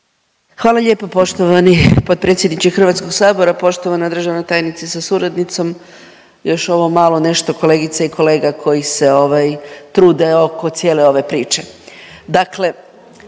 Hvala lijepo poštovani potpredsjedniče HS. Poštovana državna tajnice sa suradnicom i još ovo malo nešto kolegica i kolega koji se ovaj trude oko cijele ove priče.